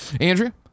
Andrea